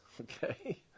okay